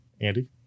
Andy